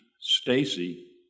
Stacy